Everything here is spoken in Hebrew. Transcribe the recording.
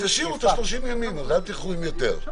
תשאירו 30 ימים, אל תלכו עם יותר.